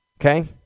Okay